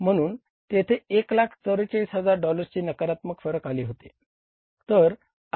म्हणून येथे 144000 डॉलर्सचे नकारात्मक फरक आले आहे